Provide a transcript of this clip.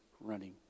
running